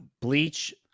bleach